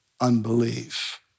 unbelief